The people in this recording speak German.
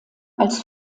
als